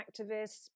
activists